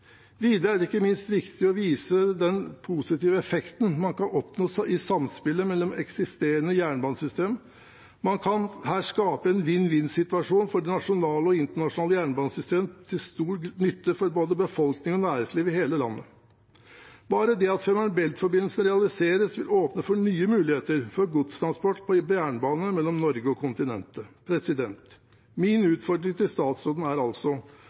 Videre er det ikke minst viktig å vise den positive effekten man kan oppnå i samspillet mellom eksisterende jernbanesystem. Man kan her skape en vinn-vinn-situasjon for de nasjonale og internasjonale jernbanesystemene, til stor nytte for både befolkning og næringsliv i hele landet. Bare det at Femern Bælt-forbindelsen realiseres, vil åpne for nye muligheter for godstransport på jernbane mellom Norge og kontinentet. Min utfordring til statsråden er altså: